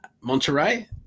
Monterey